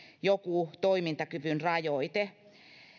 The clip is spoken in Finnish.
joku toimintakyvyn rajoite